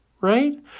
right